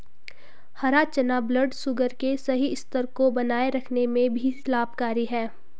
हरा चना ब्लडशुगर के सही स्तर को बनाए रखने में भी लाभकारी है